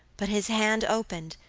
but his hand opened,